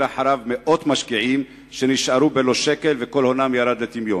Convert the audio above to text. אחריו מאות משקיעים שנשארו בלא שקל וכל הונם ירד לטמיון.